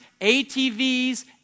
ATVs